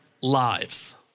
lives